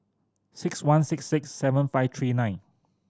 six one six six seven five three nine